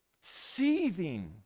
seething